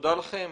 ותודה לכם,